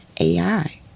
AI